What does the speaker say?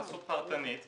בהתייחסות פרטנית,